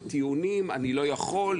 בטיעונים: "אני לא יכול",